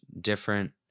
different